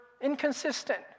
inconsistent